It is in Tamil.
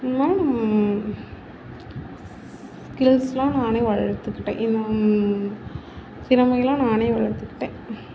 ஸ்கில்ஸ்யெலாம் நானே வளர்த்துக்கிட்டேன் திறமையெல்லாம் நானே வளர்த்துக்கிட்டேன்